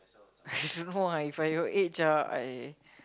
I don't know lah If I your age ah I